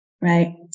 right